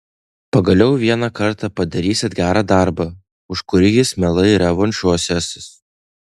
pagaliau vieną kartą padarysit gerą darbą už kurį jis mielai revanšuosiąsis